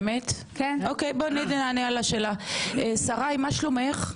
שריי, מה שלומך?